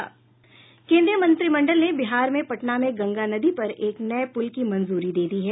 केंद्रीय मंत्रिमंडल ने बिहार में पटना में गंगा नदी पर एक नये पुल की मंजूरी दे दी है